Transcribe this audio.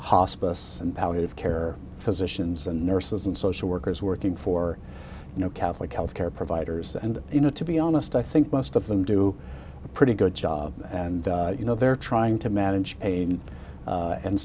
hospice and palliative care physicians and nurses and social workers working for you know catholic health care providers and you know to be honest i think most of them do a pretty good job and you know they're trying to manage a and